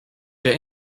der